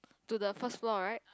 to the first floor right